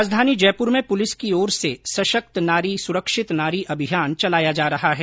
राजधानी जयपुर में पुलिस की ओर से सशक्त नारी सुरक्षित नारी अभियान चलाया जा रहा है